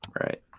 right